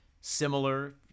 similar